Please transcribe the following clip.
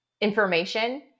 information